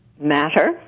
matter